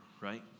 right